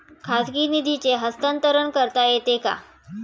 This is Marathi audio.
खाजगी निधीचे हस्तांतरण करता येते का?